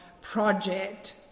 project